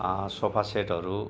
सोफासेटहरू